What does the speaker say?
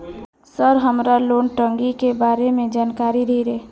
Sir हमरा loan टंगी के बारे में जान कारी धीरे?